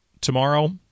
tomorrow